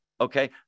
Okay